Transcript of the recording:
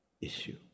issue